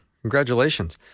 Congratulations